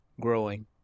Growing